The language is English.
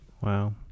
Wow